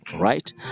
right